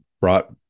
brought